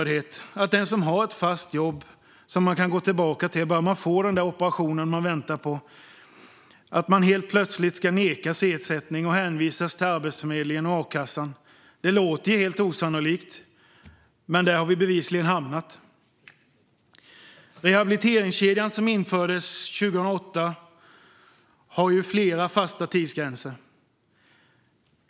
Det låter ju helt osannolikt att den som har ett fast jobb som man kan gå tillbaka till bara man får den där operationen som man väntar på helt plötsligt ska nekas ersättning och hänvisas till Arbetsförmedlingen och a-kassan. Men där har vi bevisligen hamnat. Rehabiliteringskedjan, som infördes 2008, har flera fasta tidsgränser.